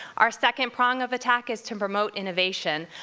our second prong of attack is to promote innovation.